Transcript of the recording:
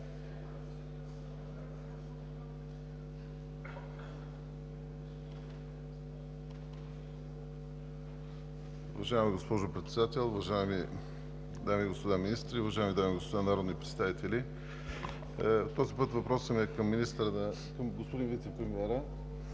Уважаема госпожо Председател, уважаеми дами и господа министри, уважаеми дами и господа народни представители! Този път въпросът ми е към вицепремиера